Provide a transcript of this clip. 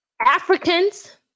Africans